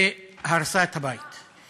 והרסה את הבית.